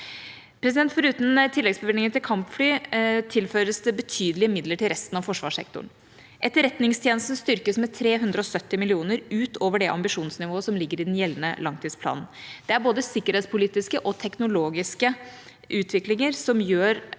pst. Foruten tilleggsbevilgningen til kampfly tilføres det betydelige midler til resten av forsvarssektoren. Etterretningstjenesten styrkes med 370 mill. kr utover det ambisjonsnivået som ligger i den gjeldende langtidsplanen. Det er både sikkerhetspolitiske og teknologiske utviklinger som gjør